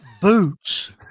boots